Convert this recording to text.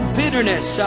bitterness